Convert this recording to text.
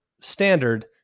standard